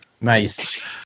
Nice